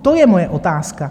To je moje otázka.